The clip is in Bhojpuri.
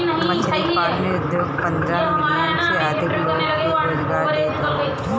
मछरी पालन उद्योग पन्द्रह मिलियन से अधिका लोग के रोजगार देत हवे